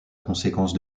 conséquence